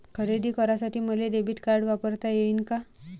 खरेदी करासाठी मले डेबिट कार्ड वापरता येईन का?